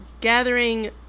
gathering